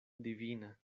divina